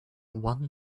one